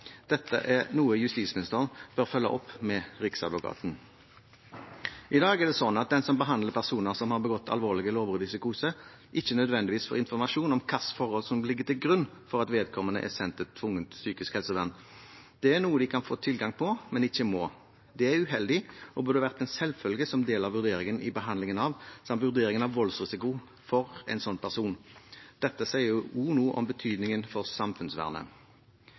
Dette er noe justisministeren bør følge opp med riksadvokaten. I dag er det slik at den som behandler personer som har begått alvorlige lovbrudd i psykose, ikke nødvendigvis får informasjon om hvilke forhold som ligger til grunn for at vedkommende er sendt til tvungent psykisk helsevern. Det er noe de kan få tilgang til, men ikke må. Det er uheldig og burde vært en selvfølge som en del av vurderingen i behandlingen av vedkommende samt vurderingen av voldsrisikoen for en slik person. Dette sier også noe om betydningen for samfunnsvernet.